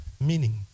Meaning